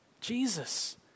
Jesus